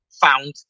found